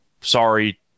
Sorry